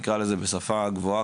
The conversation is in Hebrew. נקרא לזה בשפה גבוהה,